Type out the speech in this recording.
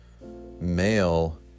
male